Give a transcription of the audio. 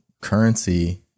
currency